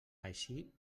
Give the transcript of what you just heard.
així